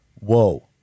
Whoa